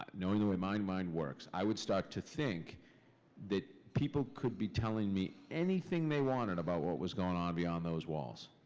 knowing the way my mind works, i would start to think that people could be telling me anything they wanted about what was going on beyond those walls.